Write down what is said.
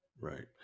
Right